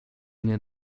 nie